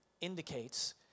indicates